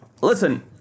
listen